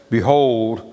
Behold